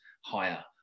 higher